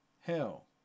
hell